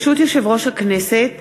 ברשות יושב-ראש הכנסת,